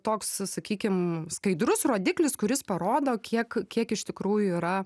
toks sakykim skaidrus rodiklis kuris parodo kiek kiek iš tikrųjų yra